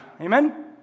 Amen